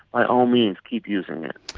by all means keep using it.